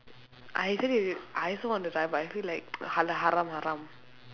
I actually I also want to try but I feel like hala~ haram haram